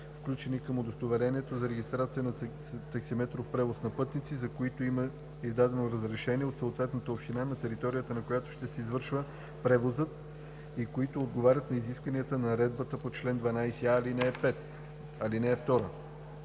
включени към удостоверението за регистрация за таксиметров превоз на пътници, за които има издадено разрешение от съответната община, на територията на която ще се извършва превозът, и които отговарят на изискванията на наредбата по чл. 12а, ал. 5. (2)